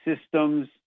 systems